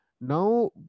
Now